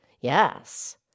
Yes